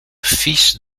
fils